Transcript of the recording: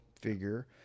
figure